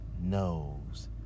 knows